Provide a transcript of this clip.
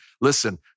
listen